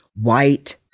white